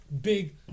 big